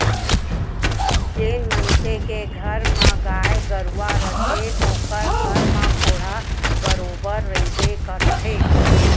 जेन मनसे के घर म गाय गरूवा रथे ओकर घर म कोंढ़ा बरोबर रइबे करथे